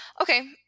Okay